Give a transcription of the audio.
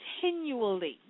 continually